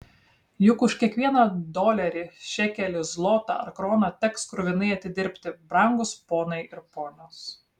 juk už kiekvieną dolerį šekelį zlotą ar kroną teks kruvinai atidirbti brangūs ponai ir ponios